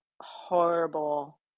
horrible